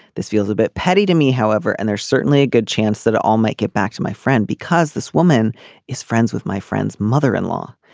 this feels a bit petty to me however and there's certainly a good chance that ah i'll make it back to my friend because this woman is friends with my friend's mother in law.